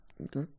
Okay